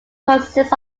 consists